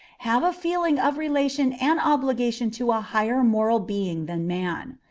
have a feeling of relation and obligation to a higher moral being than man.